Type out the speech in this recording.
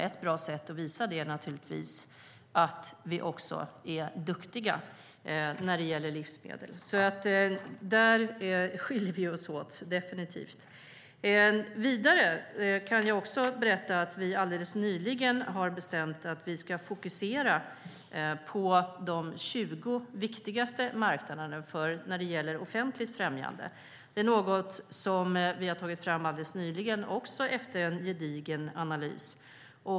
Ett bra sätt att visa det är naturligtvis att vi är duktiga på livsmedel. Där skiljer vi oss åt definitivt. Vidare kan jag berätta att vi har bestämt att vi ska fokusera på de 20 viktigaste marknaderna när det gäller offentligt främjande. Det är något som vi har tagit fram alldeles nyligen, också efter en gedigen analys.